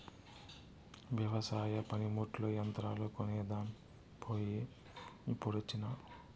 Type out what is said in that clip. వెవసాయ పనిముట్లు, యంత్రాలు కొనేదాన్ పోయి ఇప్పుడొచ్చినా